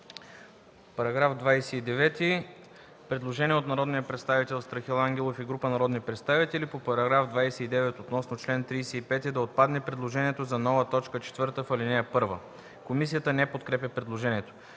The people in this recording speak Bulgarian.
По § 29 има предложение от народния представител Страхил Ангелов и група народни представители по § 29 относно чл. 35 – да отпадне предложението за нова т. 4 в ал. 1. Комисията не подкрепя предложението.